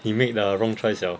you made the wrong choice 了